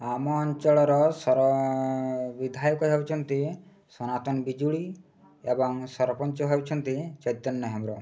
ଆମ ଅଞ୍ଚଳର ସର ବିଧାୟକ ହେଉଛନ୍ତି ସନାତନ ବିଜୁଳି ଏବଂ ସରପଞ୍ଚ ହେଉଛନ୍ତି ଚୈତନ୍ୟ ହେମ୍ରମ